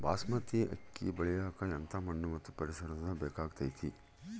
ಬಾಸ್ಮತಿ ಅಕ್ಕಿ ಬೆಳಿಯಕ ಎಂಥ ಮಣ್ಣು ಮತ್ತು ಪರಿಸರದ ಬೇಕಾಗುತೈತೆ?